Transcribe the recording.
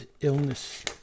illness